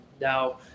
now